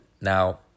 Now